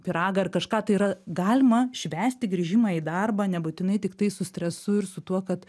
pyragą ar kažką tai yra galima švęsti grįžimą į darbą nebūtinai tiktai su stresu ir su tuo kad